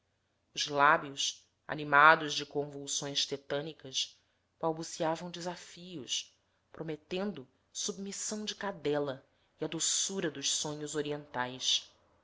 os lábios animados de convulsões tetânicas balbuciavam desafios prometendo submissão de cadela e a doçura dos sonhos orientais